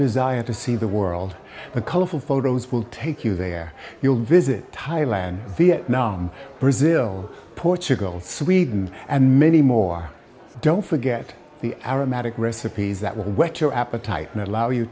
desire to see the world the colorful photos will take you there you'll visit thailand vietnam brazil portugal sweden and many more don't forget the ara magic recipes that whet your appetite and allow you